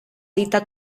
dita